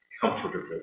comfortable